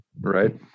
Right